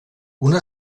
una